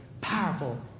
powerful